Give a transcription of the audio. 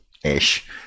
ish